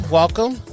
welcome